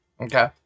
Okay